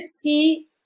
see